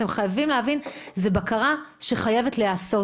אתם חייבים להבין שזו בקרה שחייבת להיעשות